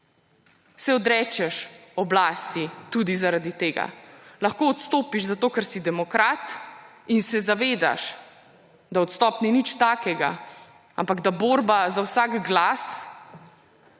se odrečeš oblasti tudi zaradi tega. Lahko odstopiš zato, ker si demokrat in se zavedaš, da odstop ni nič takega, ampak da borba za vsak glas